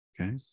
Okay